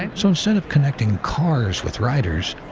and so instead of connecting cars with riders,